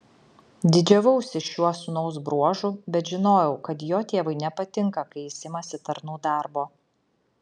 didžiavausi šiuo sūnaus bruožu bet žinojau kad jo tėvui nepatinka kai jis imasi tarnų darbo